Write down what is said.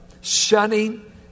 shunning